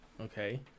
Okay